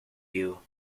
you